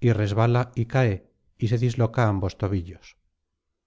y resbala y cae y se disloca ambos tobillos